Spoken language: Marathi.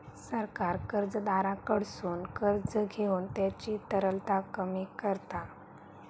सरकार कर्जदाराकडसून कर्ज घेऊन त्यांची तरलता कमी करता